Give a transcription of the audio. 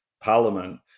parliament